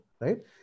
right